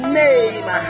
name